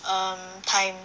um time